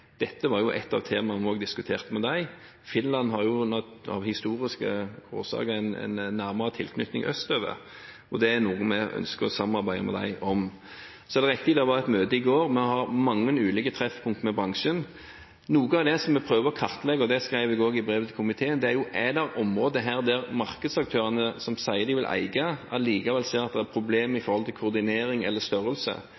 Dette var et av temaene vi også diskuterte med dem – Finland har av historiske årsaker en nærmere tilknytning østover – og det er noe vi ønsker å samarbeide med dem om. Så er det riktig at det var et møte i går. Vi har mange ulike treffpunkt med bransjen. Noe av det som vi prøver å kartlegge – det skrev jeg også i brevet til komiteen – er: Er det områder her der markedsaktørene som sier de vil eie, allikevel ser at det er